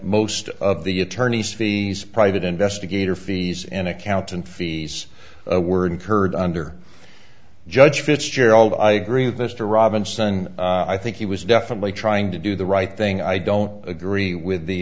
most of the attorneys fees private investigator fees and accountant fees were incurred under judge fitzgerald i agree with mr robinson i think he was definitely trying to do the right thing i don't agree with the